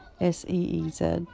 s-e-e-z